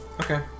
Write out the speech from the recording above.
Okay